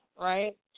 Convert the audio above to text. right